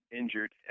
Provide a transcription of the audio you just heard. injured